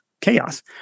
chaos